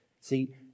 See